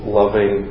loving